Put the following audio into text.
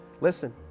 Listen